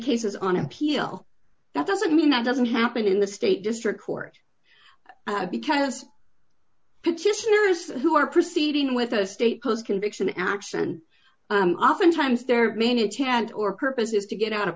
cases on appeal that doesn't mean that doesn't happen in the state district court because petitioners who are proceeding with a state cause conviction action oftentimes they're minute hand or purpose is to get out of